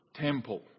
temple